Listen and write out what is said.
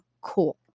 Cool